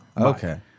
Okay